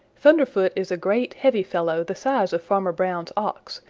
thunderfoot is a great, heavy fellow the size of farmer brown's ox,